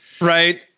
Right